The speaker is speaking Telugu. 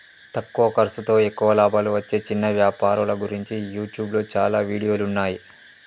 తక్కువ ఖర్సుతో ఎక్కువ లాభాలు వచ్చే చిన్న వ్యాపారాల గురించి యూట్యూబ్లో చాలా వీడియోలున్నయ్యి